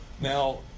Now